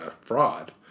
fraud